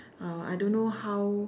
uh I don't know how